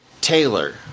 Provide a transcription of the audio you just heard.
Taylor